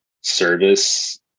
service